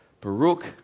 Baruch